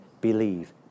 believe